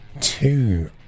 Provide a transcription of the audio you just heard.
two